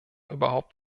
überhaupt